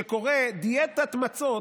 שקורא דיאטת מצות,